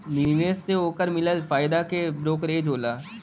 निवेश से ओकर मिलल फायदा के ब्रोकरेज होला